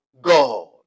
God